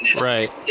Right